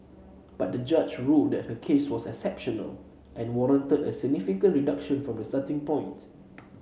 but the judge ruled that her case was exceptional and warranted a significant reduction from the starting point